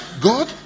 God